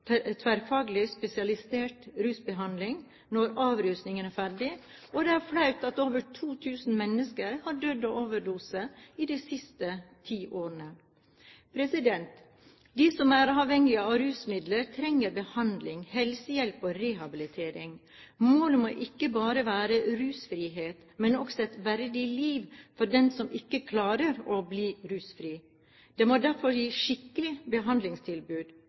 innen tverrfaglig spesialisert rusbehandling når avrusningen er ferdig. Og det er flaut at over 2 000 mennesker har dødd av overdose i de siste ti årene. De som er avhengig av rusmidler, trenger behandling, helsehjelp og rehabilitering. Målet må ikke bare være rusfrihet, men også et verdig liv for dem som ikke klarer å bli rusfrie. Det må derfor gis skikkelig behandlingstilbud,